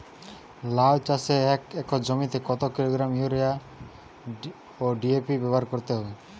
লাউ চাষে এক একর জমিতে কত কিলোগ্রাম ইউরিয়া ও ডি.এ.পি ব্যবহার করতে হবে?